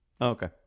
Okay